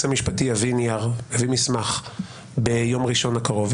המשפטי יביא נייר ומסמך ביום ראשון הקרוב,